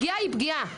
פגיעה היא פגיעה,